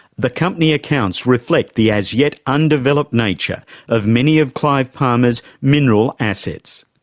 the company accounts reflect the as yet undeveloped nature of many of clive palmer's mineral assets.